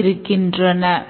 இருக்கின்றன